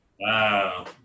Wow